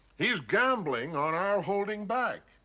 he's gambling on our holding back.